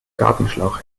gartenschlauch